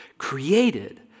created